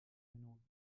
minuten